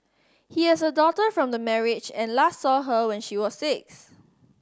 he has a daughter from the marriage and last saw her when she was six